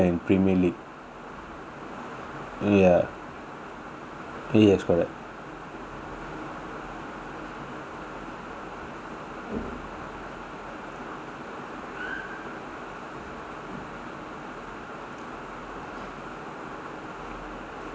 ya yes correct